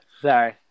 Sorry